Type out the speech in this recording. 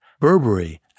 Burberry